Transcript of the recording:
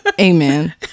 Amen